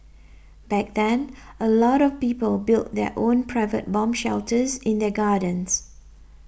back then a lot of people built their own private bomb shelters in their gardens